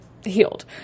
healed